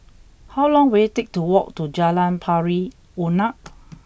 how long will it take to walk to Jalan Pari Unak